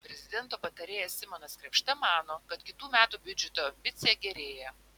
prezidento patarėjas simonas krėpšta mano kad kitų metų biudžeto ambicija gerėja